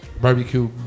barbecue